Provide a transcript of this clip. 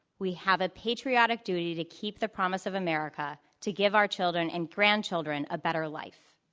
we have a patriotic duty to keep the promise of america, to give our children and grandchildren a better life.